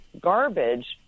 garbage